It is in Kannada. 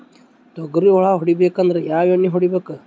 ತೊಗ್ರಿ ಹುಳ ಹೊಡಿಬೇಕಂದ್ರ ಯಾವ್ ಎಣ್ಣಿ ಹೊಡಿಬೇಕು?